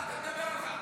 מה אתה מדבר על כך?